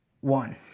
one